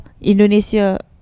Indonesia